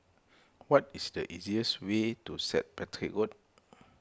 what is the easiest way to Saint Patrick's Road